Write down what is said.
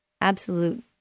absolute